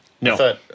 No